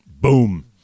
Boom